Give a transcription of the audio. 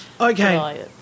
Okay